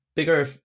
bigger